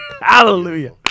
Hallelujah